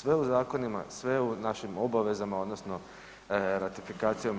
Sve u zakonima, sve u našim obavezama odnosno ratifikacijom